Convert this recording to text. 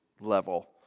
level